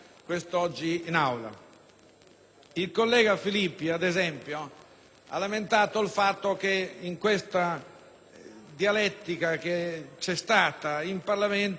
Il collega Filippi, ad esempio, ha lamentato il fatto che in questa dialettica che c'è stata in Parlamento, quest'ultimo, alla fine, ha subito